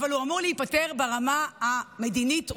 אבל הוא אמור להיפתר ברמה המדינית הרוחבית.